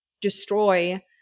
destroy